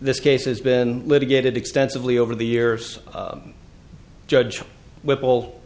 this case has been litigated extensively over the years judge whipple